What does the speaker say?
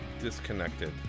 Disconnected